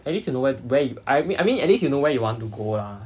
at least you know where you where you I I mean at least you know where you want to go lah